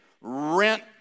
rent